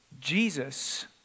Jesus